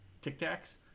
tic-tacs